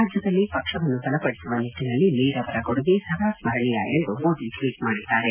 ರಾಜ್ಞದಲ್ಲಿ ಪಕ್ಷವನ್ನು ಬಲಪಡಿಸುವ ನಿಟ್ಟನಲ್ಲಿ ಮೀರ್ ಅವರ ಕೊಡುಗೆ ಸದಾ ಸ್ಪರಣೀಯ ಎಂದು ಮೋದಿ ಟ್ವೀಟ್ ಮಾಡಿದ್ದಾರೆ